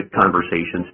conversations